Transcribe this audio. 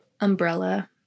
Umbrella